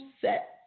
set